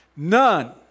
None